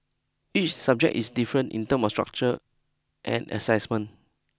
each subject is different in term of structure and assessment